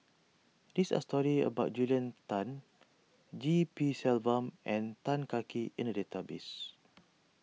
these are stories about Julia Tan G P Selvam and Tan Kah Kee in the database